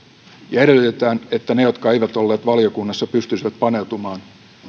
ja edellytetään että ne jotka eivät olleet valiokunnassa pystyisivät paneutumaan